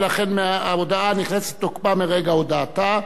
ולכן ההודעה נכנסת לתוקפה מרגע הודעתה.